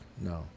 No